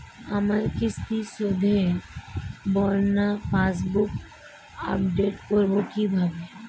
আমার কিস্তি শোধে বর্ণনা পাসবুক আপডেট করব কিভাবে?